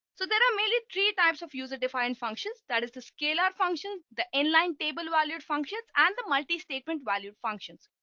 so there are mainly three types of user defined functions. that is the scalar functions the inline table valued functions and the multi statement valued functions.